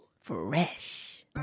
Fresh